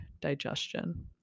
digestion